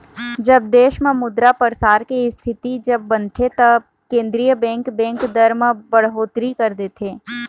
जब देश म मुद्रा परसार के इस्थिति जब बनथे तब केंद्रीय बेंक, बेंक दर म बड़होत्तरी कर देथे